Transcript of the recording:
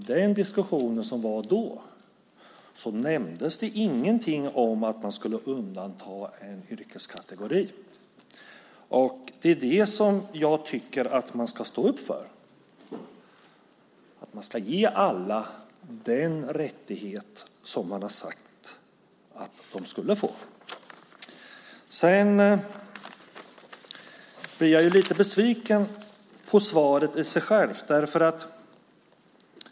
I den diskussion som var då nämndes ingenting om att man skulle undanta en yrkeskategori. Det är det som jag tycker att man ska stå upp för, att man ska ge alla den rättighet som man har sagt att de skulle få. Jag blir lite besviken på svaret i sig självt.